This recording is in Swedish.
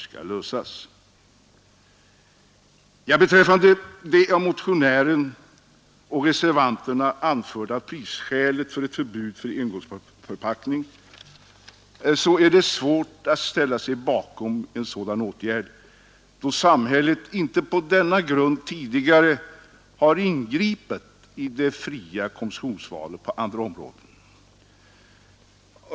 Det är vidare svårt att ställa sig bakom det av motionären och reservanterna anförda prisskälet för ett förbud för engångsförpackning, då samhället inte tidigare på denna grund har ingripit i det fria konsumtionsvalet på andra områden.